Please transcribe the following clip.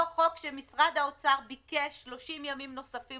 אותו חוק שמשרד האוצר ביקש 30 ימים נוספים